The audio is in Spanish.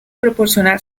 proporcionar